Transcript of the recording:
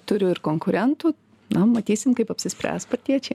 turiu ir konkurentų na matysim kaip apsispręs partiečiai